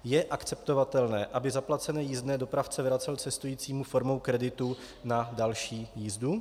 Je akceptovatelné, aby zaplacené jízdné dopravce vracel cestujícímu formou kreditu na další jízdu?